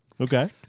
Okay